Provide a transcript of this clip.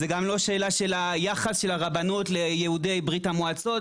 זו גם לא שאלה של היחס של הרבנות ליהודי ברית-המועצות,